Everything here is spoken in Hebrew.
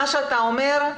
מה שאתה אומר,